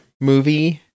movie